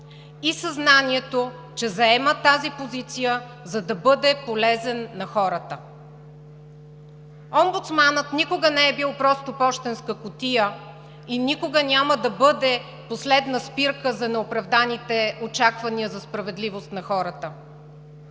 и съзнанието, че заема тази позиция, за да бъде полезен на хората. Омбудсманът никога не е бил просто пощенска кутия и никога няма да бъде последна спирка за неоправданите очаквания за справедливост на хората.